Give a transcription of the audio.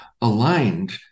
aligned